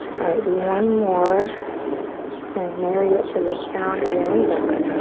right, do one more and marry it to the sound of your own breath.